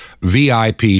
VIP